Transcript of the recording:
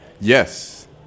Yes